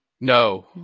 No